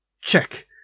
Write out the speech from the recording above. Check